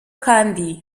kandi